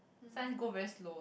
science go very slow lor